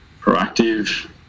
proactive